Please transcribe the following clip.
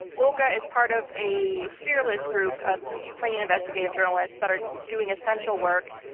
olga is part of a fearless group of ukrainian investigative journalists that are doing essential work.